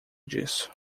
disso